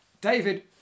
David